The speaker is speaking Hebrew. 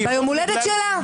ביום ההולדת שלה?